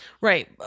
Right